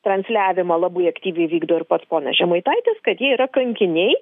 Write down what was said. transliavimą labai aktyviai vykdo ir pats ponas žemaitaitis kad jie yra kankiniai